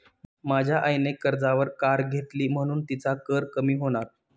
माझ्या आईने कर्जावर कार घेतली म्हणुन तिचा कर कमी होणार